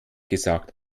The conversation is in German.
gesagt